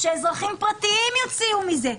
שאזרחים פרטיים יוציאו מזה,